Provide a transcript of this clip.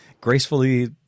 Gracefully